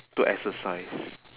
to exercise